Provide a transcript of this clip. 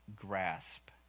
grasp